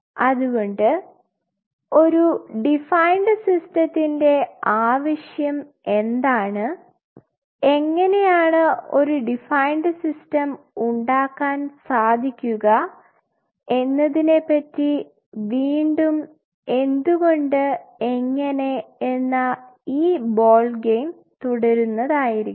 അതുകൊണ്ട് ഒരു ഡിഫൈൻഡ് സിസ്റ്റത്തിൻറെ ആവശ്യം എന്താണ് എങ്ങനെയാണ് ഒരു ഡിഫൈൻഡ് സിസ്റ്റം ഉണ്ടാക്കാൻ സാധിക്കുക എന്നതിനെപ്പറ്റി വീണ്ടും എന്തുകൊണ്ട് എങ്ങനെ എന്ന ഈ ബോൾഗയിം തുടരുന്നതായിരിക്കും